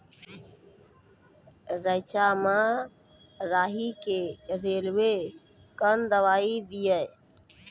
रेचा मे राही के रेलवे कन दवाई दीय?